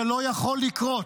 זה לא יכול לקרות.